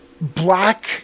black